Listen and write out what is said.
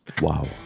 Wow